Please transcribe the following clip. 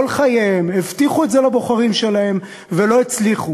הבטיחו את זה לבוחרים שלהם ולא הצליחו.